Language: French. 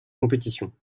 compétition